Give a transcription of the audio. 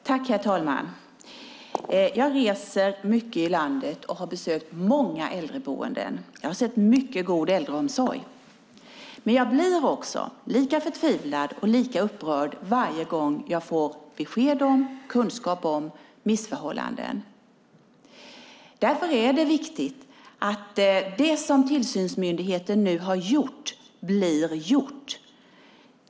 Herr talman! Jag reser mycket i landet och har besökt många äldreboenden. Jag har sett mycket god äldreomsorg. Men jag blir också lika förtvivlad och lika upprörd varje gång jag får besked och kunskap om missförhållanden. Därför är det viktigt att det som tillsynsmyndigheten nu har gjort blir gjort.